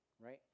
right